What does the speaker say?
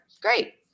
great